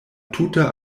tuta